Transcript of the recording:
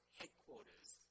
headquarters